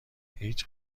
هیچ